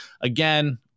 again